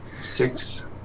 Six